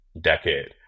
decade